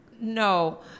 No